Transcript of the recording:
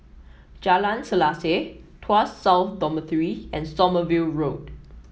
Jalan Selaseh Tuas South Dormitory and Sommerville Road